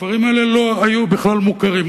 הכפרים האלה לא היו בכלל מוכרים.